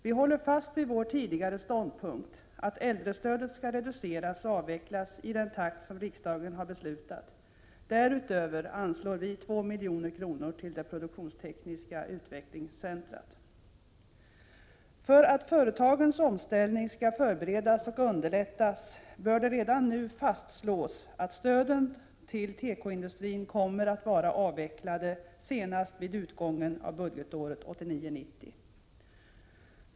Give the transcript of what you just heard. Vi håller fast vid vår tidigare ståndpunkt att äldrestödet skall reduceras och avvecklas i den takt riksdagen har beslutat. Därutöver anslår vi 2 milj.kr. till det produktionstekniska utvecklingscentrat. För att företagens omställning skall förberedas och underlättas bör det redan nu fastslås, att stöden till tekoindustrin kommer att vara avvecklade senast vid utgången av budgetåret 1989/90.